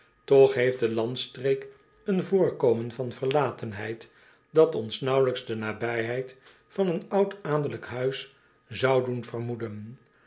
toch heeft de landstreek een voorkomen van verlatenheid dat ons naauwelijks de nabijheid van een oud-adellijk huis zou doen vermoeden